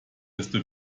desto